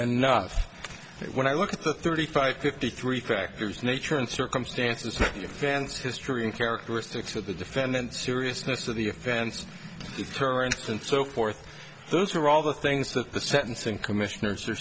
enough when i look at the thirty five fifty three crackers nature and circumstances vance history and characteristics of the defendant seriousness of the events in her and and so forth those are all the things that the sentencing commissioners are